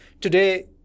Today